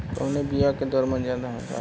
कवने बिया के दर मन ज्यादा जाला?